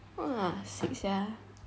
!wah! sick sia